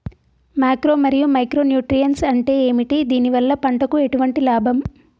Macro మరియు micro nutrients అంటే ఏమిటి? దీనివల్ల పంటకు ఎటువంటి లాభం?